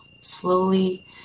slowly